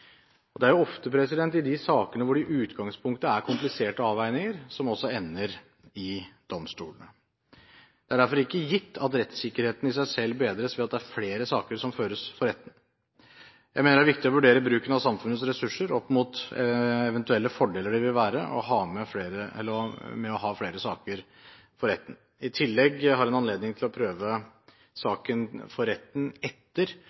Det er ofte de sakene hvor det i utgangspunktet er kompliserte avveininger, som ender i domstolen. Det er derfor ikke gitt at rettssikkerheten i seg selv bedres ved at flere saker føres for retten. Jeg mener det er viktig å vurdere bruken av samfunnets ressurser opp mot eventuelle fordeler av å ha flere saker for retten. I tillegg har en anledning til å prøve saken for retten etter